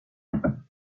elle